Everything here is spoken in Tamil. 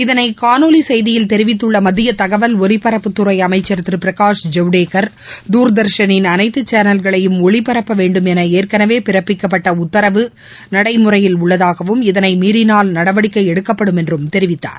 இதனை காணொலி செய்தியில் தெரிவித்துள்ள மத்திய தகவல் ஒலிபரப்புத்துறை அமைச்சர் திரு பிரகாஷ் ஜவ்டேக்கர் தூர்தர்ஷனின் அனைத்து சேனல்களையும் ஒளிபரப்பவேண்டும் என ஏற்கனவே பிறப்பிக்கப்பட்ட உத்தரவு நடைமுறையில் உள்ளதாகவும் இதனை மீறினால் நடவடிக்கை எடுக்கப்படும் என்றும் தெரிவித்தார்